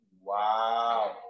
Wow